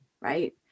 right